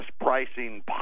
pricing